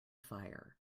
fire